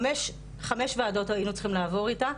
חמש וועדות היינו צריכים לעבור איתה.